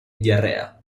diarrea